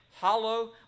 hollow